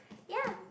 ya